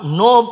no